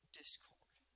discord